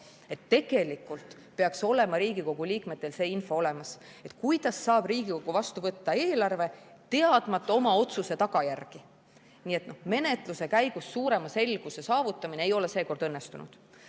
Tegelikult peaks Riigikogu liikmetel olema see info olemas, sest kuidas saab Riigikogu vastu võtta eelarve, teadmata oma otsuse tagajärgi. Menetluse käigus suurema selguse saavutamine ei ole seekord õnnestunud.